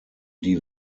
die